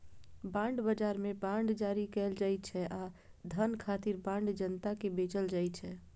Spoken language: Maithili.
बांड बाजार मे बांड जारी कैल जाइ छै आ धन खातिर बांड जनता कें बेचल जाइ छै